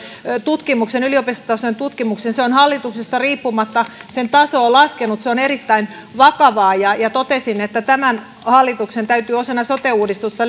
tutkimuksen yliopistotasoisen tutkimuksen sen taso on hallituksesta riippumatta laskenut se on erittäin vakavaa ja ja totesin että tämän hallituksen täytyy osana sote uudistusta